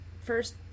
first